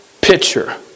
picture